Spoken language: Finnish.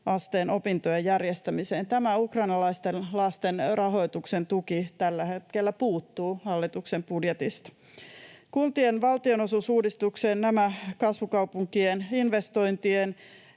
asteen opintojen järjestämiseen. Tämä ukrainalaisten lasten rahoituksen tuki tällä hetkellä puuttuu hallituksen budjetista. Kuntien valtionosuusuudistukseen tulisi huomioida nämä kasvukaupunkien investointien